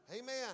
Amen